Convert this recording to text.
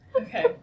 Okay